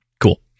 cool